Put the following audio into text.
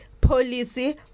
policy